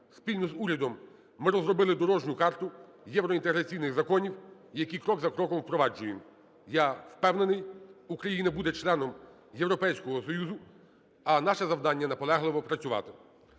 Спільно з урядом ми розробили дорожню карту євроінтеграційних законів, які крок за кроком впроваджуємо. Я впевнений, Україна буде членом Європейського Союзу, а наше завдання - наполегливо працювати.